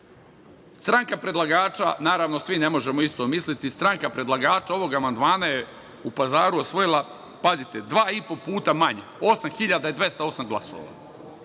Stranka predlagača, naravno, ne možemo svi isto misliti, stranka predlagača ovog amandmana je u Pazaru osvojila, pazite, dva i po puta manje, 8.208. glasova. Nije